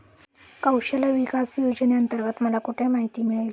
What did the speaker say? कौशल्य विकास योजनेअंतर्गत मला कुठे माहिती मिळेल?